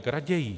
Raději.